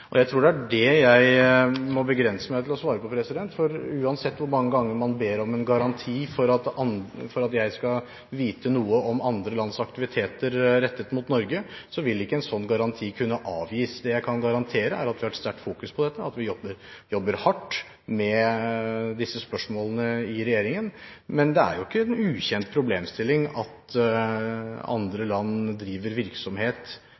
Jeg tror det er det jeg må begrense meg til å svare på, for uansett hvor mange ganger man ber om en garanti for at jeg skal vite noe om andre lands aktiviteter rettet mot Norge, vil ikke en sånn garanti kunne avgis. Det jeg kan garantere, er at vi har et sterkt fokus på dette, at vi jobber hardt med disse spørsmålene i regjeringen. Men det er jo ikke en ukjent problemstilling at andre land driver virksomhet